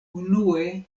unue